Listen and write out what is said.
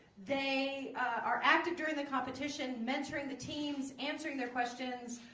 they are active during the competition mentoring the teams, answering their questions.